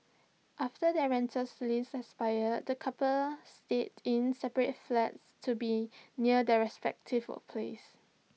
after their rentals lease expired the coupled stayed in separate flats to be near their respective workplaces